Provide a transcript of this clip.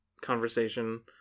conversation